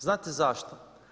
Znate zašto?